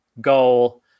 goal